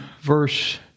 verse